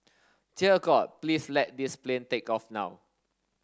dear god please let this plane take off now